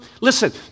Listen